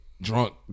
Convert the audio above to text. drunk